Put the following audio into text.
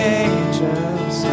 angels